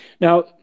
now